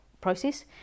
process